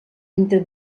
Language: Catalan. entre